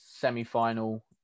semi-final